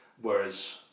Whereas